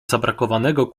zabrakowanego